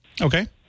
Okay